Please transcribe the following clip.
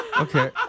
Okay